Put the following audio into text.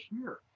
year